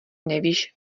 nevíš